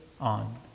on